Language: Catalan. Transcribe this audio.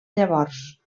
llavors